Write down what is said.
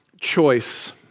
choice